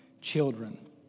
children